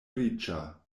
riĉa